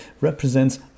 represents